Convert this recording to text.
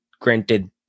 granted